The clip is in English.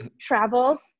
travel